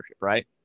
right